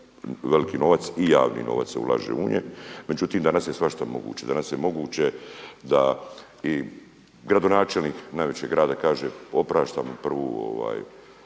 veliki novac i javni novac se ulaže u njih. Međutim, danas je svašta moguće, danas je moguće da i gradonačelnik najvećeg grada kaže opraštam prvi šverc